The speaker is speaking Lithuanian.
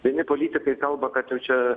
vieni politikai kalba kad jau čia